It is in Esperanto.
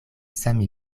same